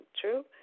true